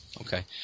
Okay